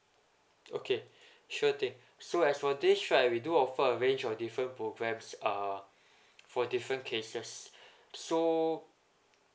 okay sure thing so as for this right we do offer a range of different programs uh for different cases so